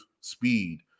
speed